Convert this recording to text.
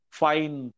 fine